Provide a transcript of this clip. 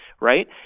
right